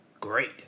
Great